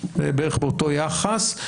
בערך באותו יחס.